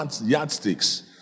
yardsticks